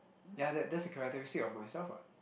ya that that's the characteristic of myself [what]